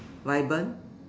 vibe